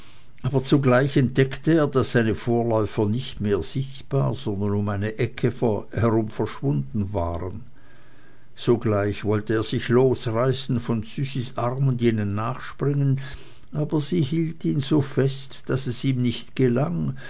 aber zugleich entdeckte er daß seine vorläufer nicht mehr sichtbar sondern um eine ecke herum verschwunden waren sogleich wollte er sich losreißen von züsis arm und jenen nachspringen aber sie hielt ihn so fest daß es ihm nicht gelang